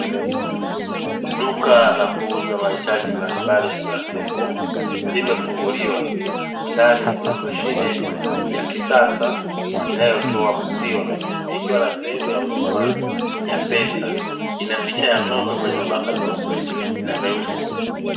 Duka la kuuza mahitaji mbali mbali ya kila siku limefunguliwa. Ndani kuna mashine ya kisasa inayotoa maziwa ikiwa na sehemu ya huduma ya pesa. Ina picha ya ng'ombe mwenye mabaka meupe na meusi.